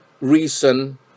reason